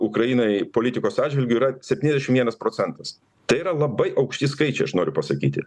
ukrainai politikos atžvilgiu yra septyniasdešim vienas procentas tai yra labai aukšti skaičiai aš noriu pasakyti